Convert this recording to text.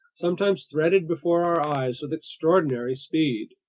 sometimes threaded before our eyes with extraordinary speed.